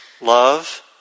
love